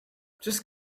just